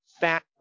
fat